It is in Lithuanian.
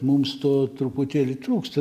mums to truputėlį trūksta